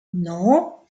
non